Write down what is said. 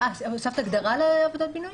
הוספת הגדרה ל"עבודות בינוי"?